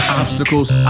obstacles